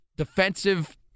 Defensive